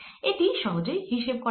এটি সহজেই হিসেব করা যাবে